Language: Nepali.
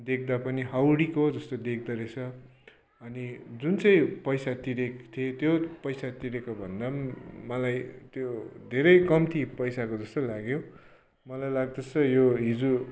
देख्दा पनि हाउडीको जस्तो देख्दोरहेछ अनि जुन चाहिँ पैसा तिरेको थिएँ त्यो पैसा तिरेको भन्दा पनि मलाई त्यो धेरै कम्ती पैसाको जस्तो लाग्यो मलाई लाग्दछ यो हिजो